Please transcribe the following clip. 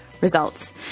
results